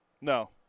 No